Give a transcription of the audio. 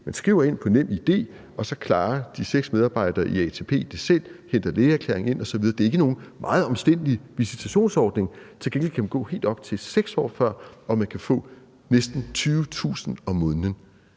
Man skriver ind med NemID, og så klarer de seks medarbejdere i ATP det selv; de henter lægeerklæring ind osv. Det er ikke nogen meget omstændig visitationsordning. Til gengæld kan man gå fra helt op til 6 år før, og man kan få næsten 20.000 kr. om måneden.